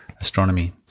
astronomy